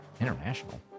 international